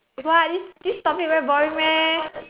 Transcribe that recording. !wah! this this topic very boring meh